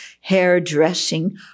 hairdressing